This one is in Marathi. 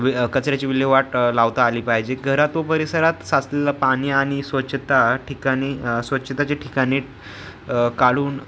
वि कचऱ्याची विल्हेवाट लावता आली पाहिजे घरातो परिसरात साचलेला पाणी आणि स्वच्छता ठिकाणी स्वच्छताच्या ठिकाणी काढून